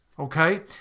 Okay